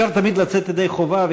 אפשר תמיד לצאת ידי חובה,